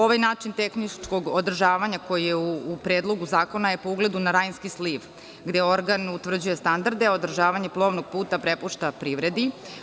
Ovaj način tehničkog održavanja koji je u Predlogu zakona je po ugledu na Rajnski sliv, gde organ utvrđuje standarde, a održavanje plovnog puta prepušta privredi.